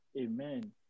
Amen